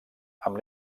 amb